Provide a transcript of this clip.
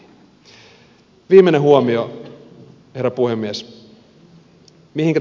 mihinkä tässä pyritään